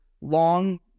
long